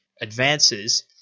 advances